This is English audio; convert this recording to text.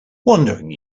wandering